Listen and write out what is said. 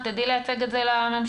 את תדעי לייצג את זה לממשלה,